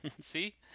see